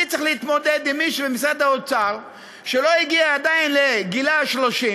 אני צריך להתמודד עם מישהי ממשרד האוצר שלא הגיעה עדיין לגיל 30,